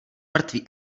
mrtvý